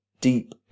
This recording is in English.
deep